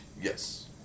Yes